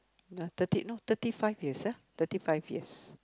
ya thirty no thirty five years ya thirty five years